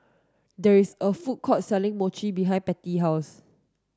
there is a food court selling Mochi behind Patty house